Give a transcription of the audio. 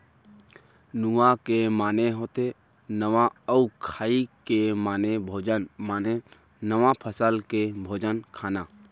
नुआ के माने होथे नवा अउ खाई के माने भोजन माने नवा फसल के भोजन खाना